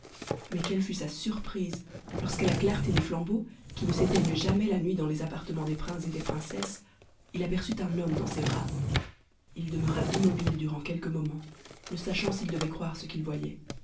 mais quelle fut sa surprise lorsqu'à la clarté des flambeaux qui ne s'éteignent jamais la nuit dans les appartements des princes et des princesses il aperçut un homme dans ses bras il demeura immobile durant quelques moments ne sachant s'il devait croire ce qu'il voyait